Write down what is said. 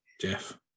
Jeff